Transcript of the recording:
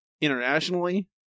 internationally